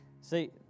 See